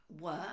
work